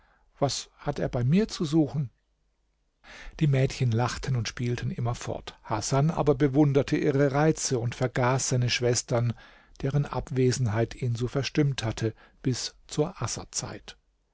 was hat er bei mir zu suchen die mädchen lachten und spielten immer fort hasan aber bewunderte ihre reize und vergaß seine schwestern deren abwesenheit ihn so verstimmt hatte bis zur